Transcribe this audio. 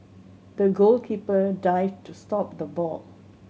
the goalkeeper dived to stop the ball